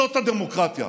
זאת הדמוקרטיה.